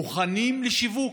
מוכנים לשיווק.